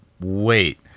wait